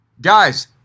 Guys